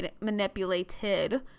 manipulated